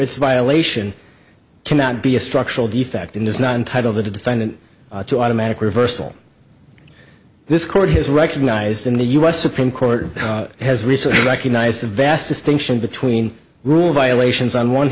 it's a violation cannot be a structural defect in this non title the defendant to automatic reversal this court has recognized in the u s supreme court has recently recognized the vast distinction between rule violations on one